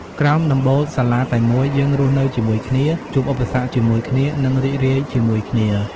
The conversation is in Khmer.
ក្រោមដំបូលសាលាតែមួយ យើងរស់នៅជាមួយគ្នា ជួបឧបសគ្គជាមួយគ្នា និងរីករាយជាមួយគ្នា។